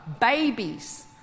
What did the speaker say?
babies